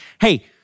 hey